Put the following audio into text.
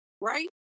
right